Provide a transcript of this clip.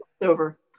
Over